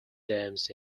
themes